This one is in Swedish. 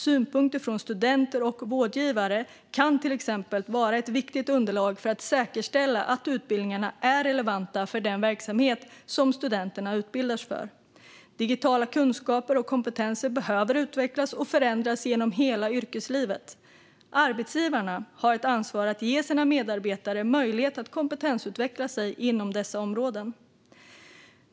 Synpunkter från studenter och vårdgivare kan till exempel vara ett viktigt underlag för att säkerställa att utbildningarna är relevanta för den verksamhet som studenterna utbildas för. Digitala kunskaper och kompetenser behöver utvecklas och förändras genom hela yrkeslivet. Arbetsgivarna har ett ansvar att ge sina medarbetare möjlighet att kompetensutvecklas inom dessa områden.